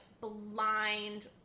blind